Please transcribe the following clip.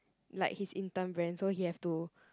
like his intern brand so he have to